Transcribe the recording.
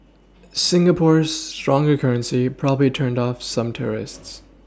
Singapore's stronger currency probably turned off some tourists